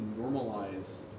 normalize